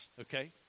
okay